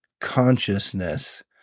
consciousness